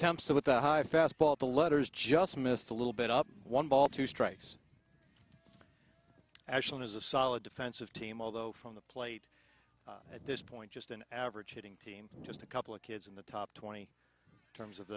temps with the high fastball the letters just missed a little bit up one ball two strikes action as a solid defensive team although from the plate at this point just an average shooting team just a couple of kids in the top twenty terms of